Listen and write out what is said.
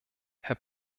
herr